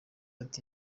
ati